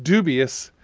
dubious,